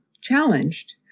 challenged